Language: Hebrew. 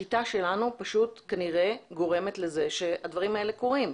השיטה שלנו פשוט כנראה גורמת לזה שהדברים האלה קורים.